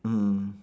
mm